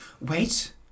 wait